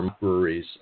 breweries